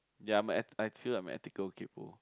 ya I'm eth~ I feel like I'm ethical kaypoh